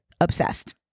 Obsessed